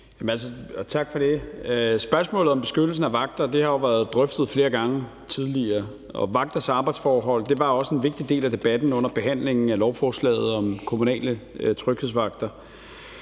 Tak for det. Spørgsmålet om beskyttelsen af vagter har jo været drøftet flere gange tidligere, og vagters arbejdsforhold var også en vigtig del af debatten under behandlingen af lovforslaget om kommunale tryghedsvagter.